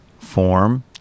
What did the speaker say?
form